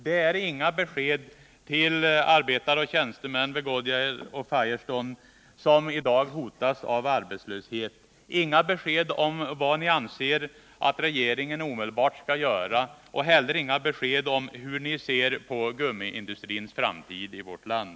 Det ges inga besked till arbetare och tjänstemän vid Goodyear och Firestone som i dag hotas av arbetslöshet, inga besked om vad ni anser att regeringen omedelbart skall göra och heller inga besked om hur ni ser på gummiindustrins framtid i vårt land.